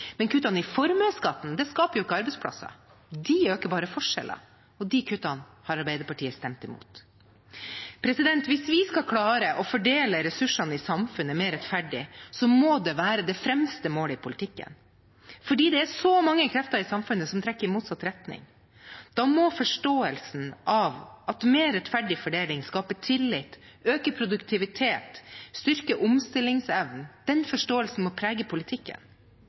Men kuttene i formuesskatten skaper jo ikke arbeidsplasser, de øker bare forskjellene. De kuttene har Arbeiderpartiet stemt imot. Hvis vi skal klare å fordele ressursene i samfunnet mer rettferdig, må det være det fremste målet i politikken. Fordi det er så mange krefter i samfunnet som trekker i motsatt retning, må forståelsen av at mer rettferdig fordeling skaper tillit, øker produktiviteten og styrker omstillingsevnen, prege politikken.